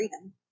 freedom